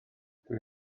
dwi